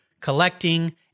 collecting